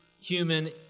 human